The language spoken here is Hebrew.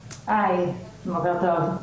היי, בוקר טוב.